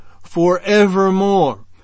forevermore